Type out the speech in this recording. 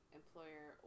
employer